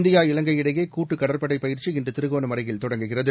India Ilangai இடையே கூட்டு கடற்படை பயிற்சி இன்று திரிகோணமலையில் தொடங்குகிறது